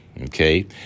Okay